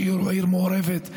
שהיא עיר מעורבת,